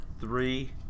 three